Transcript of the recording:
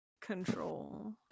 control